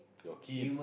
your kid